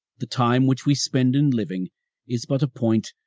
the time which we spend in living is but a point,